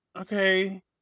Okay